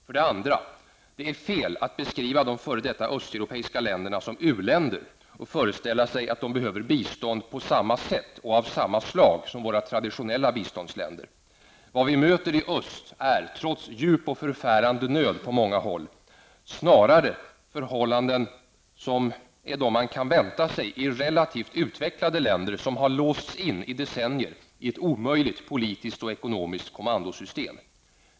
För det andra: Det är fel att beskriva de f.d. östeuropeiska länderna som u-länder och föreställa sig att de behöver bistånd på samma sätt och av samma slag som våra traditionella biståndsländer. Vad vi möter i öst är, trots djup och förfärande nöd på många håll, snarare förhållanden som man kan förvänta sig i relativt utvecklade länder som har i decennier låsts in i ett omöjligt politiskt och ekonomiskt kommandosystem.